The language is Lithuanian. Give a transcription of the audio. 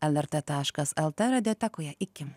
lrt taškas lt radiotekoje iki